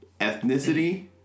ethnicity